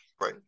Right